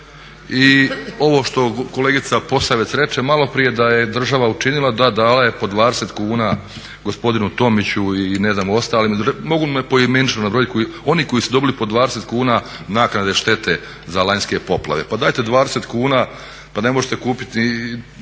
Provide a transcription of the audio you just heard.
I ovo što kolegica Posavec reče malo prije da je država učinila, da dala je po 20 kuna gospodinu Tomiću i ostalim. Mogu i poimenično nabrojiti oni koji su dobili po 20 kuna naknade štete za lanjske poplave. Pa dajte 20 kuna, pa ne možete kupit